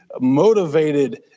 motivated